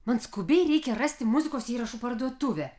man skubiai reikia rasti muzikos įrašų parduotuvę